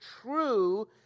true